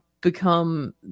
become